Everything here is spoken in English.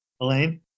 Elaine